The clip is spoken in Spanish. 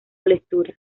lectura